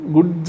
Good